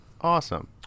Awesome